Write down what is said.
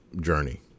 journey